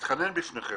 מתחנן בפניכם,